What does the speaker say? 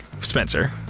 Spencer